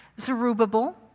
Zerubbabel